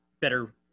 better